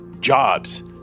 jobs